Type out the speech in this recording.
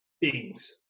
beings